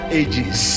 ages